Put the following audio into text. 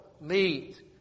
meet